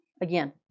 again